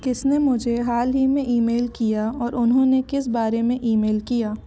किसने मुझे हाल ही में ईमेल किया और उन्होंने किस बारे में ईमेल किया